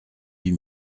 huit